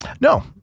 no